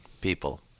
people